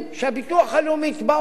שהביטוח הלאומי יתבע אותו,